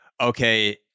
okay